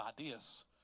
ideas